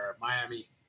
Miami